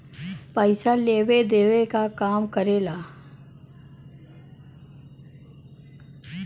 पइसा लेवे देवे क काम करेला